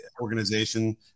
organization